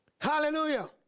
Hallelujah